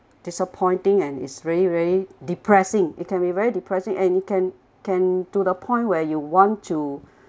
disappointing and is really really depressing it can be very depressing and you can can to the point where you want to